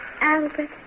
Albert